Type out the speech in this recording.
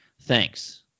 Thanks